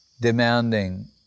demanding